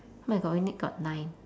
oh my god we only got nine